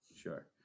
Sure